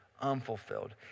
unfulfilled